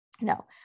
No